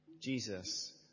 Jesus